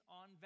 on